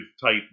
type